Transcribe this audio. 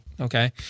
Okay